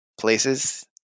places